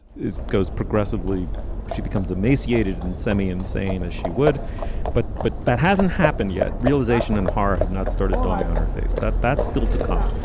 goes progressively she becomes emaciated and semi insane as she would but but that hasn't happened yet realization and horror have not started dawning on her face that that's still to come.